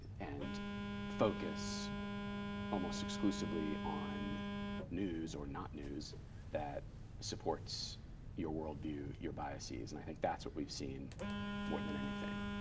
and focus almost exclusively on news or not news that supports your worldview, your biases, and i think that's what we've seen more than anything.